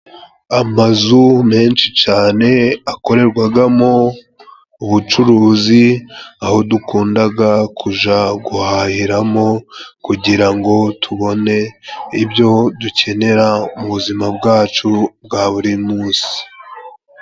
Amazu menshi cane akorerwagamo ubucuruzi, aho dukundaga kuja guhahiramo kugira ngo tubone ibyo dukenera, mu buzima bwacu bwa buri munsi.